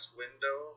window